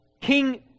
King